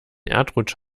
erdrutsch